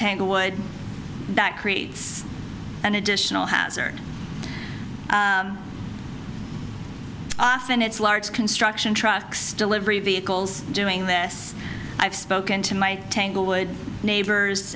tanglewood that creates an additional hazard often it's large construction trucks delivery vehicles doing this i've spoken to my tanglewood neighbors